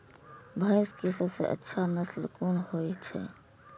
भैंस के सबसे अच्छा नस्ल कोन होय छे?